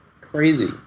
crazy